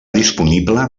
disponible